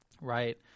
right